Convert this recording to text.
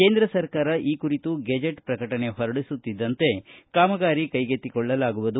ಕೇಂದ್ರ ಸರ್ಕಾರ ಈ ಕುರಿತು ಗೆಜೆಟ್ ಪ್ರಕಟಣೆ ಹೊರಡಿಸುತ್ತಿದ್ದಂತೆ ಕಾಮಗಾರಿ ಕೈಗೆತ್ತಿಕೊಳ್ಳಲಾಗುವುದು